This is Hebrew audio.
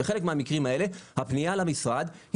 בחלק מהמקרים האלה הפנייה למשרד,